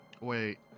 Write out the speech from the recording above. Wait